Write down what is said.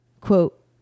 quote